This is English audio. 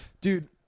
Dude